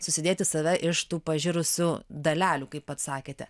susidėti save iš tų pažirusių dalelių kaip pats sakėte